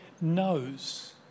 knows